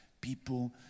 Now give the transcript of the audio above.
people